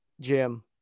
Jim